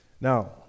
Now